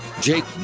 Jake